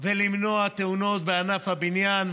ולמנוע תאונות בענף הבניין.